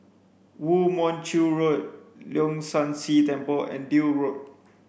Woo Mon Chew Road Leong San See Temple and Deal Road